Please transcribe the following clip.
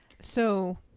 So-